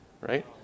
right